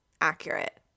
accurate